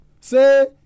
Say